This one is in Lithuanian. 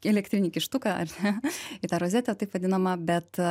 elektrinį kištuką ar ne į tą rozetę taip vadinamą bet